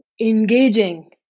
engaging